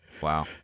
Wow